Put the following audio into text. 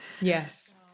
Yes